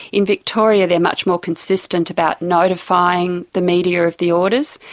in victoria they are much more consistent about notifying the media of the orders.